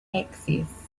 access